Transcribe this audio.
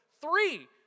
Three